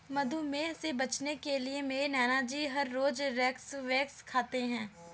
मधुमेह से बचने के लिए मेरे नानाजी हर रोज स्क्वैश खाते हैं